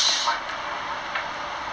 is it my platoon [one]